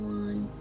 one